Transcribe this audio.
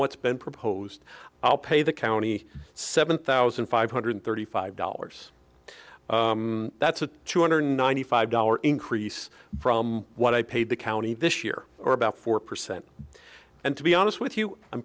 what's been proposed i'll pay the county seven thousand five hundred thirty five dollars that's a two hundred ninety five dollar increase from what i paid the county this year or about four percent and to be honest with you i'm